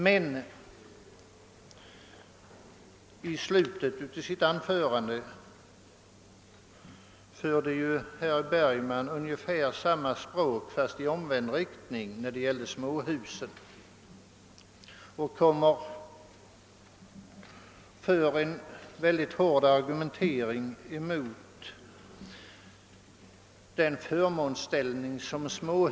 Men i slutet av sitt anförande använde ju herr Bergman beträffande småhusen samma språk, fast i omvänd riktning, och argumenterade mycket hårt mot småhusens förmånsställning.